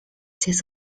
this